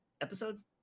episodes